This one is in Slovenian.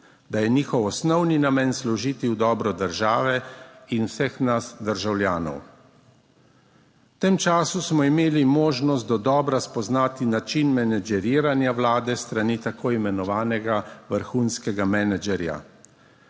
da je njihov osnovni namen služiti v dobro države in vseh nas državljanov. V tem času smo imeli možnost dodobra spoznati način menedžiranja Vlade s strani tako imenovanega vrhunskega menedžerja.